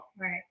Right